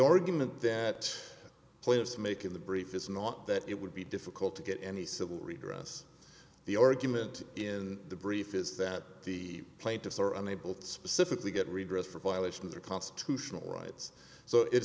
argument that plaintiffs make in the brief is not that it would be difficult to get any civil redress the argument in the brief is that the plaintiffs are unable to specifically get redress for violation of their constitutional rights so it